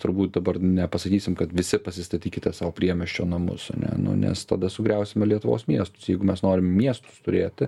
turbūt dabar nepasakysim kad visi pasistatykite sau priemiesčio namus ane nu nes tada sugriausime lietuvos miestus jeigu mes norim miestus turėti